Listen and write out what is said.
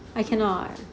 I cannot